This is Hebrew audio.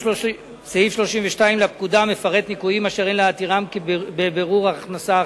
סעיף 32 לפקודה מפרט ניכויים אשר אין להתירם בבירור ההכנסה החייבת.